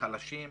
חלשים,